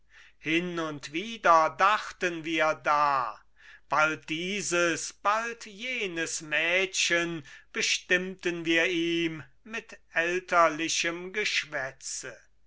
hin und wider dachten wir da bald dieses bald jenes mädchen bestimmten wir ihm mit elterlichem geschwätze